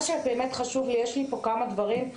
חשוב לי להעלות פה כמה דברים,